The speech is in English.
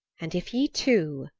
and if ye two,